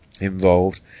involved